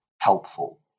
helpful